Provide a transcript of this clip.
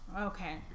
Okay